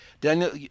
Daniel